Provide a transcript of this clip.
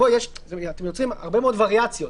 אתם עושים הרבה מאוד וריאציות.